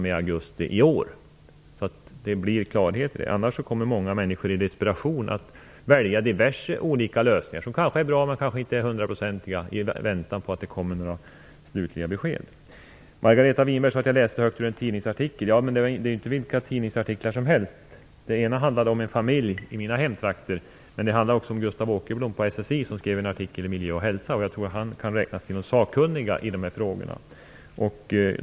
Det gäller att skapa klarhet här, för annars kommer många människor i väntan på slutliga besked att i desperation välja diverse lösningar som kanske är bra, men måhända inte hundraprocentiga. Margareta Winberg sade att jag läste högt ur tidningsartiklar. Ja, men det är inte fråga om vilka tidningsartiklar som helst. En handlar om en familj i mina hemtrakter. Sedan handlar det också om Gustav Åkerblom på SSI som skrivit en artikel i Miljö & Hälsa. Jag tror att han kan räknas till de sakkunniga i de här frågorna.